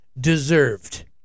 deserved